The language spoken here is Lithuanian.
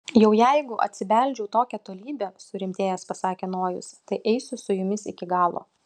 jau jeigu atsibeldžiau tokią tolybę surimtėjęs pasakė nojus tai eisiu su jumis iki galo